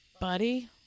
buddy